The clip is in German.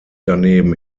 daneben